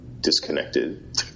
disconnected